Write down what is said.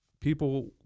People